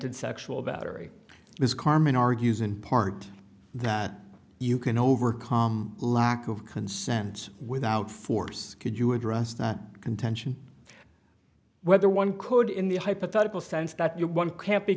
attempted sexual battery is carmen argues in part that you can overcome lack of consent without force could you address the contention whether one could in the hypothetical sense that you one can't be